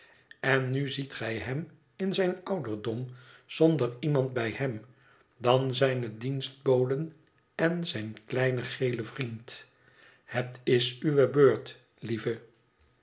en nu ziet gij hem in zijn ouderdom zonder iemand bij hem dan zijne dienstboden en zijn kleinen gelen vriend het is uwe beurt lieve